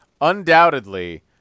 undoubtedly